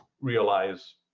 realize